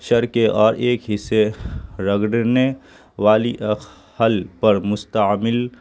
شر کے اور ایک حصے رگڈرنے والی حل پر مستعمل